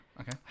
Okay